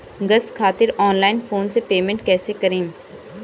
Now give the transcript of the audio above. Gas खातिर online phone से payment कैसे करेम?